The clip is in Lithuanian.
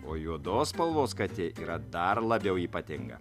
o juodos spalvos katė yra dar labiau ypatinga